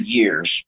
years